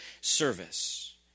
service